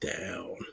down